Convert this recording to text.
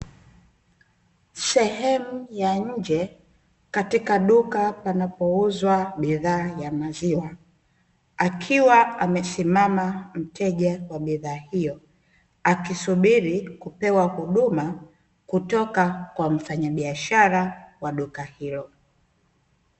Sehemu ya nje, katika duka panapouzwa bidhaa ya maziwa, akiwa amesimama mteja wa bidhaa hiyo, akisubiri kupewa huduma, kutoka kwa mfanyabiashara wa duka hilo.